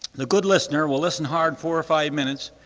the good listener will listen hard four or five minutes,